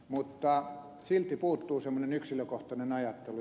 mutta silti puuttuu semmoinen yksilökohtainen ajattelu